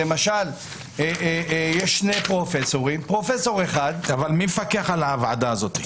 למשל יש שני פרופסורים --- אבל מי מפקח על הוועדה הזאת?